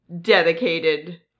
dedicated